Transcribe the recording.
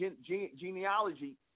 genealogy